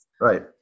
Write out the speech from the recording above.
Right